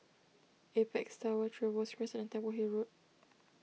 Apex Tower Trevose Crescent and Temple Hill Road